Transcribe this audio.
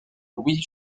louis